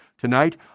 Tonight